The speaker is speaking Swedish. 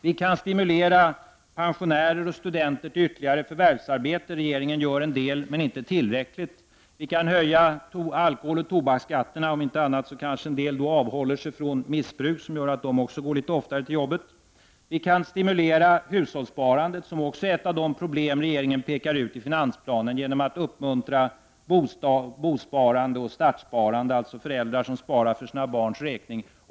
Vi kan stimulera pensionärer och studenter till ytterligare förvärvsarbete. Här gör regeringen en del, men inte tillräckligt. Vi kan höja skatten på alkohol och tobak — om inte annat kanske det medför att en del då avhåller sig från missbruk och oftare går till arbetet. Vi kan också stimulera hushållssparandet, som också är ett problem som regeringen pekar ut i finansplanen, genom att uppmuntra bosparande och startsparande — alltså föräldrars sparande för sina barns räkning.